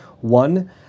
One